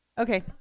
Okay